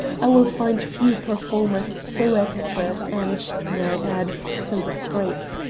i will find few performers so expert and, may i add, so discreet.